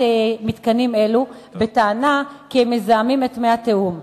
מתקנים אלו בטענה כי הם מזהמים את מי התהום.